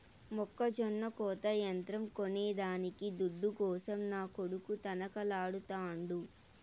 మొక్కజొన్న కోత యంత్రం కొనేదానికి దుడ్డు కోసం నా కొడుకు తనకలాడుతాండు